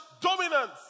dominance